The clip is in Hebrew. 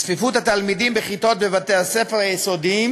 צפיפות התלמידים בכיתות בבתי-הספר היסודיים